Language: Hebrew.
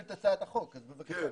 להצביע לתקציב אם לא יתקצבו את זה עכשיו.